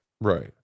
Right